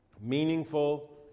Meaningful